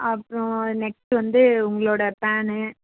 அப்புறோம் நெக்ஸ்டு வந்து உங்களோடய பேனு